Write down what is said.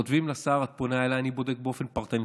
כותבים לשר, את פונה אליי, אני בודק באופן פרטני.